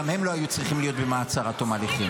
גם הם לא היו צריכים להיות במעצר עד תום ההליכים.